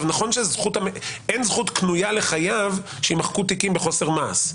נכון שאין זכות קנויה לחייב שיימחקו תיקים בחוסר מעש.